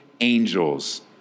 angels